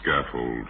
scaffold